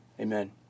Amen